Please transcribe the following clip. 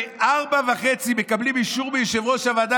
ב-16:30 מקבלים אישור מיושב-ראש הוועדה